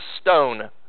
stone